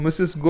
Mrs